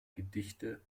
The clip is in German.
gedichte